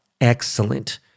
excellent